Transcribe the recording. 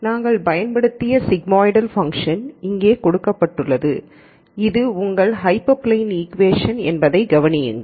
நாங்கள் பயன்படுத்திய sigmoidal function இங்கே கொடுக்கப்பட்டுள்ளது இது உங்கள் ஹைப்பர் பிளேன் இக்கூவேஷன் என்பதைக் கவனியுங்கள்